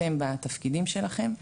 אתם בתפקידים שלכם.